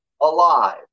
alive